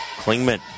Klingman